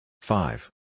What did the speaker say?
Five